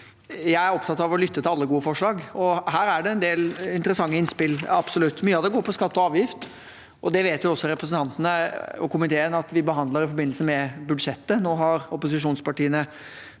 jeg er opptatt av å lytte til alle gode forslag, og her er det absolutt en del interessante innspill. Mye av det går på skatt og avgift, og det vet også representantene og komiteen at vi behandler i forbindelse med budsjettet. Nå har opposisjonspartiene